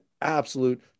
absolute